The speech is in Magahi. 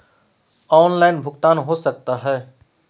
ऑनलाइन भुगतान हो सकता है?